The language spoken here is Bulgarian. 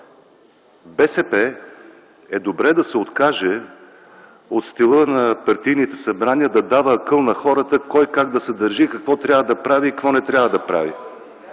БСП е добре да се откаже от стила на партийните събрания – да дава акъл на хората кой как да се държи, какво трябва да прави и какво не трябва да прави.